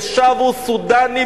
ושבו סודנים,